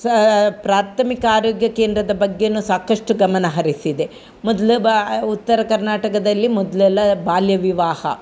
ಸಹ ಪ್ರಾಥಮಿಕ ಆರೋಗ್ಯ ಕೇಂದ್ರದ ಬಗ್ಗೆ ಸಾಕಷ್ಟು ಗಮನ ಹರಿಸಿದೆ ಮೊದಲು ಬಾ ಉತ್ತರ ಕರ್ನಾಟಕದಲ್ಲಿ ಮೊದಲೆಲ್ಲ ಬಾಲ್ಯ ವಿವಾಹ